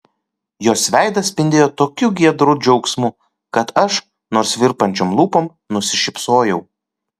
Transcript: jos veidas spindėjo tokiu giedru džiaugsmu kad aš nors virpančiom lūpom nusišypsojau